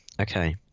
okay